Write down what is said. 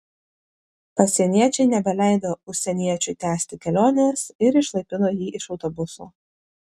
pasieniečiai nebeleido užsieniečiui tęsti kelionės ir išlaipino jį iš autobuso